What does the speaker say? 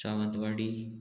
Sawantwadi